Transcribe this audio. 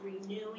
renewing